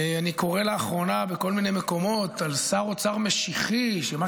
אני קורא לאחרונה בכל מיני מקומות על שר אוצר משיחי שמה